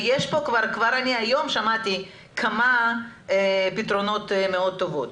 וכבר היום שמעתי כמה פתרונות מאוד טובים.